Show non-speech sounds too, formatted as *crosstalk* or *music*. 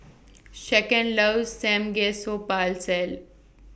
Shaquan loves *unintelligible*